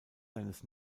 seines